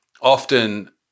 often